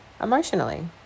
emotionally